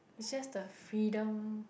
it's just the freedom